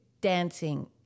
dancing